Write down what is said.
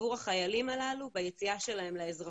עבור החיילים הללו ביציאה שלהם לאזרחות.